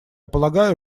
полагаю